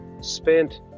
spent